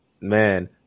Man